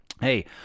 Hey